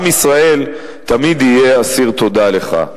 עם ישראל תמיד יהיה אסיר תודה לך."